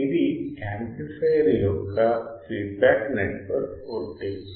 ఇది యాంప్లిఫయర్ యొక్క feedback network voltage